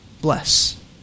bless